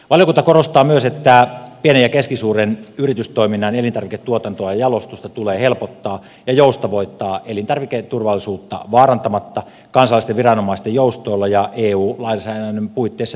valiokunta korostaa myös että pienen ja keskisuuren yritystoiminnan elintarviketuotantoa ja jalostusta tulee helpottaa ja joustavoittaa elintarviketurvallisuutta vaarantamatta kansallisten viranomaisten joustoilla ja eun lainsäädännön puitteissa tietenkin